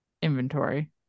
inventory